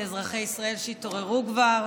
לאזרחי ישראל שהתעוררו כבר.